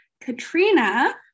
Katrina